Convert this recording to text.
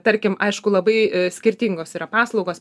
tarkim aišku labai skirtingos yra paslaugos